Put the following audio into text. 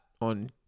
on